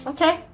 Okay